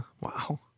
Wow